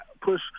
push